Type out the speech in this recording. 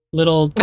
little